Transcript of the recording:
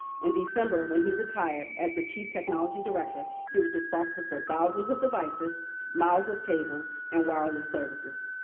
in december when he retired as the chief technology director he was responsible for thousands of devices miles of cables and wireless services.